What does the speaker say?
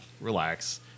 relax